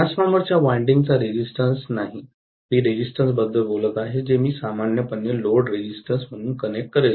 transformer च्या winding चा resistance नाही मी रेजिस्टन्स बद्दल बोलत आहे जे मी सामान्यपणे लोड रेजिस्टन्स म्हणून कनेक्ट करेन